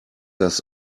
das